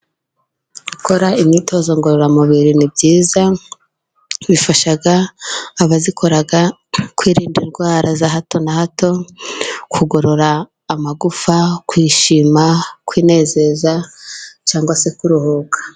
Gukora imyitozo ngororamubiri ni byiza, bifasha abazikora kwirinda indwara za hato na hato, kugorora amagufa, kwishima, kwinezeza cyangwa se kuruhuka.